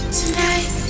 tonight